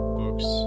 books